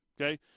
Okay